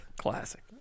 Classic